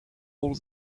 all